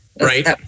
Right